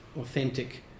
authentic